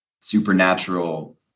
supernatural